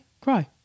cry